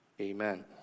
Amen